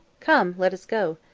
come, let us go.